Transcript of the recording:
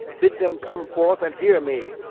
bid them come forth and hear me,